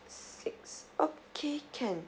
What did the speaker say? six okay can